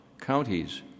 counties